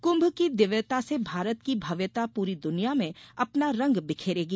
कुंभ की दिव्यता से भारत की भव्यता पूरी दुनिया में अपना रंग बिखेरेगी